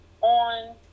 on